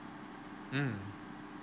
mm